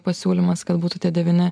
pasiūlymas kad būtų tie devyni